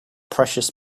precious